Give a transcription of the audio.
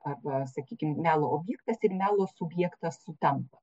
arba sakykim melo objektas ir melo subjektas sutampa